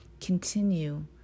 continue